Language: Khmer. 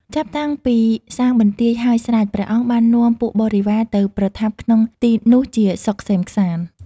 ចាប់តាំងពីសាងបន្ទាយហើយស្រេច ព្រះអង្គបាននាំពួកបរិវារទៅប្រថាប់ក្នុងទីនោះជាសុខក្សេមក្សាន្ត ។